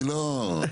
אני לא --- לא,